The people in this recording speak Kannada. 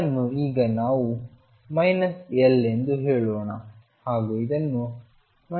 ಇದನ್ನು ಈಗ ನಾವು L ಎಂದು ಹೇಳೋಣ ಹಾಗೂ ಇದನ್ನು L ಎಂದು ಹೇಳೋಣ